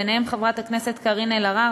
ביניהם חברת הכנסת קארין אלהרר,